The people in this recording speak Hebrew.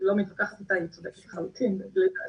לא מתווכחת איתה, היא צודקת לחלוטין לדעתי.